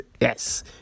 yes